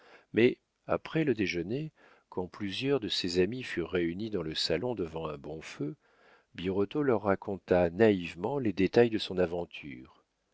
mais après le déjeuner quand plusieurs de ses amis furent réunis dans le salon devant un bon feu birotteau leur raconta naïvement les détails de son aventure